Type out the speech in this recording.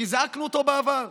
כי זעקנו אותה בעבר.